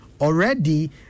Already